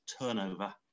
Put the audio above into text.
turnover